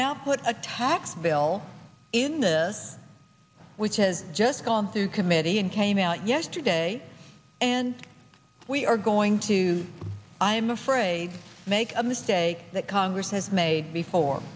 now put a tax bill into which has just gone through committee and came out yesterday and we are going to i'm afraid make a mistake that congress has made before